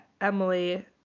Emily